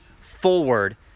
forward